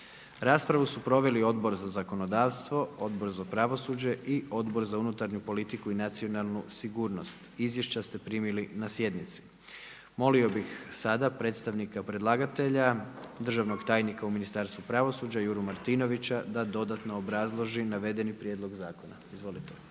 Raspravu su proveli Odbor za zakonodavstvo, Odbor za pravosuđe i Odbor za unutarnju politiku i nacionalnu sigurnost. Izvješća ste primili na sjednici. Molio bih sada predstavnika predlagatelja, državnog tajnika u Ministarstvu pravosuđa, Juru Martinovića da dodatno obrazloži navedeni prijedlog zakona. Izvolite.